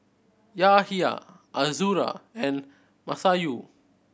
Yahya Azura and Masayu